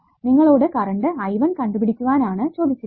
നിങ്ങളോടു current I1 കണ്ടുപിടിക്കുവാൻ ആണ് ചോദിച്ചിരിക്കുന്നത്